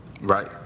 Right